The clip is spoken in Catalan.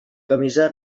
camisa